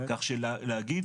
כך שלהגיד